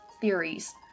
theories